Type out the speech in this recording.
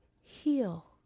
heal